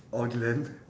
or durand